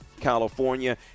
California